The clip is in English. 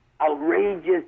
outrageous